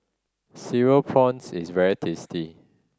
Cereal Prawns is very tasty